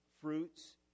fruits